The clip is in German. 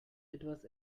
etwas